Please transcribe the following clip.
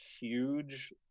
huge